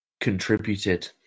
Contributed